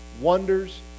wonders